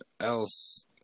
else